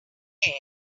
air